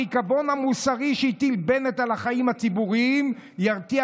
הריקבון המוסרי שהטיל בנט על החיים הציבוריים ירתיע